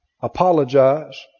apologize